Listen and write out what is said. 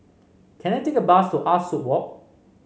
can I take a bus to Ah Soo Walk